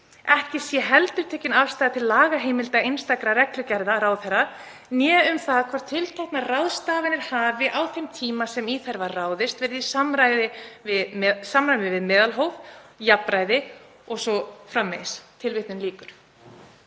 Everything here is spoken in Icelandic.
Ekki sé heldur tekin afstaða til lagaheimilda einstakra reglugerða ráðherra né um það hvort tilteknar ráðstafanir hafi, á þeim tíma sem í þær var ráðist, verið í samræmi við meðalhóf og jafnræði o.s.frv. Forseti.